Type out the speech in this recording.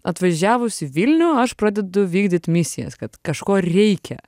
atvažiavus į vilnių aš pradedu vykdyt misijas kad kažko reikia